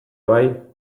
bai